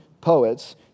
poets